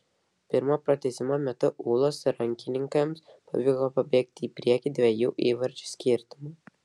pirmojo pratęsimo metu ūlos rankininkams pavyko pabėgti į priekį dviejų įvarčių skirtumu